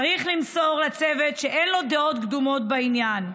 צריך למסור זאת לצוות שאין לו דעות קדומות בעניין.